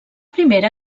primera